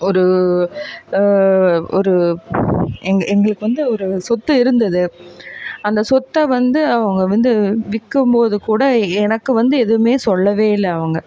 ஒரு ஒரு எங்கள் எங்களுக்கு வந்து ஒரு சொத்து இருந்தது அந்த சொத்தை வந்து அவங்க வந்து விற்கம்போது கூட எனக்கு வந்து எதுவுமே சொல்லவே இல்லை அவங்க